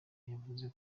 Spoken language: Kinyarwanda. yavuze